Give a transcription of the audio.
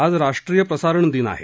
आज राष्ट्रीय प्रसारण दिन आहे